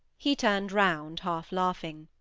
he turned round, half laughing.